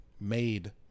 made